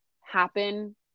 happen